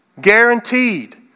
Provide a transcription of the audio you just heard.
Guaranteed